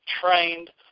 trained